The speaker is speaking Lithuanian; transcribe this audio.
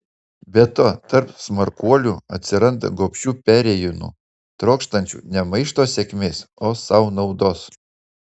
be to tarp smarkuolių atsiranda gobšių perėjūnų trokštančių ne maišto sėkmės o sau naudos